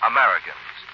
Americans